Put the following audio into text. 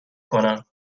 بکنم